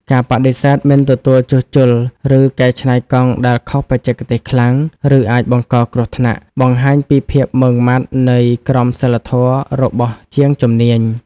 ការបដិសេធមិនទទួលជួសជុល ឬកែច្នៃកង់ដែលខុសបច្ចេកទេសខ្លាំង ឬអាចបង្កគ្រោះថ្នាក់ បង្ហាញពីភាពម៉ឺងម៉ាត់នៃក្រមសីលធម៌របស់ជាងជំនាញ។